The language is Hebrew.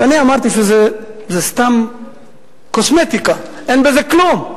ואני אמרתי שזאת סתם קוסמטיקה, שאין בזה כלום.